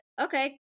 okay